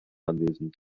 anwesend